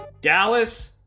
Dallas